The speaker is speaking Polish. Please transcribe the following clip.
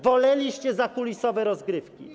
Woleliście zakulisowe rozgrywki.